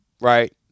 right